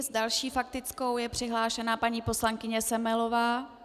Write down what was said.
S další faktickou je přihlášena paní poslankyně Semelová.